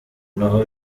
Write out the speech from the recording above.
ntaho